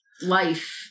life